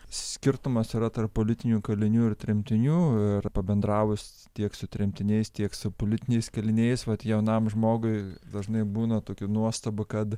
skirtumas yra tarp politinių kalinių ir tremtinių ir pabendravus tiek su tremtiniais tiek su politiniais kaliniais vat jaunam žmogui dažnai būna toki nuostaba kad